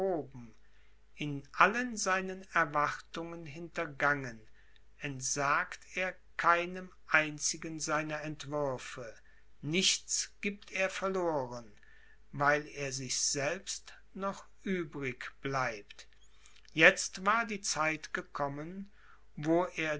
in allen seinen erwartungen hintergangen entsagt er keinem einzigen seiner entwürfe nichts gibt er verloren weil er sich selbst noch übrig bleibt jetzt war die zeit gekommen wo er